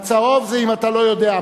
הצהוב זה אם אתה לא יודע,